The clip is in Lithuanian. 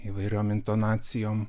įvairiom intonacijom